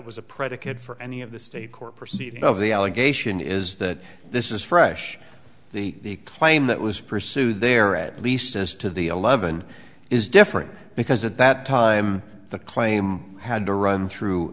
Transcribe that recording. was a predicate for any of the state court proceedings of the allegation is that this is fresh the claim that was pursued there at least as to the eleven is different because at that time the claim had to run through